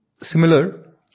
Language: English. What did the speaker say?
similar